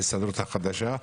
ההסתדרות החדשה.